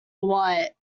what